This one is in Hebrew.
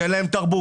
שאין להם תרבות,